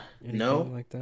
No